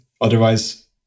Otherwise